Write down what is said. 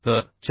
तर 427